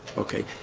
okay.